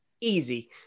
easy